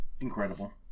incredible